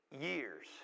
years